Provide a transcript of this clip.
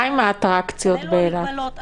מה עם האטרקציות באילת?